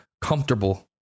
comfortable